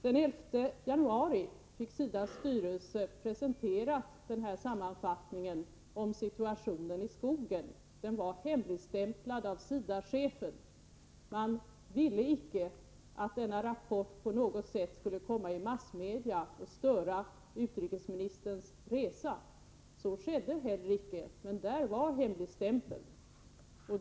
Den 11 januari presenterades sammanfattningen om situationen i skogen för SIDA:s styrelse. Den var hemligstämplad av SIDA-chefen. Man ville icke att denna rapport på något sätt skulle komma ut i massmedia och störa utrikesministerns resa. Så skedde heller icke, men där var hemligstämpeln.